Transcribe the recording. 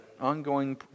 ongoing